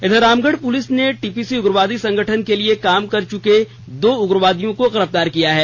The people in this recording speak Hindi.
इधर रामगढ़ पुलिस ने टीपीसी उग्रवादी संगठन के लिए काम कर चुके दो उग्रवादी को गिरफ्तार किया है